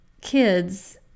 kids